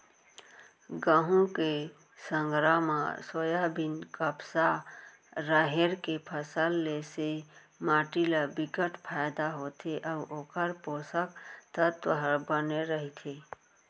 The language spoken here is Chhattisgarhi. गहूँ के संघरा म सोयाबीन, कपसा, राहेर के फसल ले से माटी ल बिकट फायदा होथे अउ ओखर पोसक तत्व ह बने रहिथे